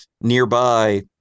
Nearby